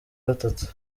gatatu